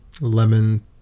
lemon